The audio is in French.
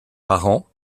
parents